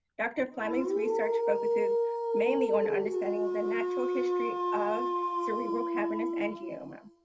dr. flemming's research focuses mainly on understanding the natural history of cerebral cavernous angioma.